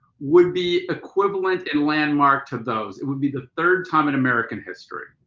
would be equivalent and landmark to those. it would be the third time in american history.